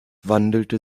wandelte